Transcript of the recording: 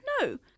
No